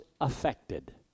affected